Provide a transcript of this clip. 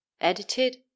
edited